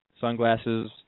Sunglasses